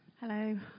Hello